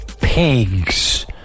pigs